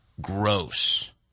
Gross